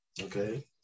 Okay